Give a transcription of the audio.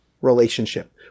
relationship